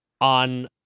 on